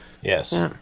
Yes